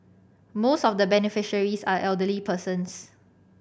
most of the beneficiaries are elderly persons